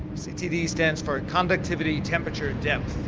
ctd stands for conductivity temperature depth,